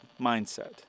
mindset